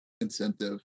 incentive